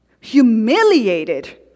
Humiliated